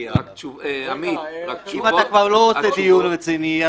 אם אתה לא עושה דיון רציני,